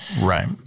Right